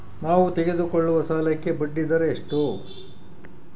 ನಾವು ತೆಗೆದುಕೊಳ್ಳುವ ಸಾಲಕ್ಕೆ ಬಡ್ಡಿದರ ಎಷ್ಟು?